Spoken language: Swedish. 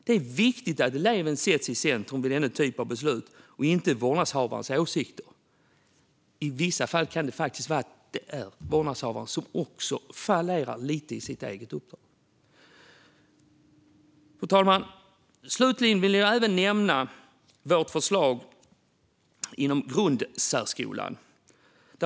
Det är viktigt att eleven sätts i centrum vid denna typ av beslut, inte vårdnadshavarnas åsikter. I vissa fall kan det faktiskt också vara så att vårdnadshavaren fallerar lite i sitt eget uppdrag. Fru talman! Slutligen vill jag även nämna vårt förslag inom grundsärskolan.